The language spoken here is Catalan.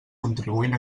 contribuint